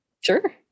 Sure